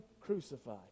crucified